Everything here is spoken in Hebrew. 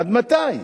עד מתי?